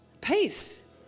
Peace